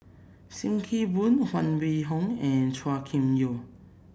Sim Kee Boon Huang Wenhong and Chua Kim Yeow